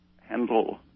handle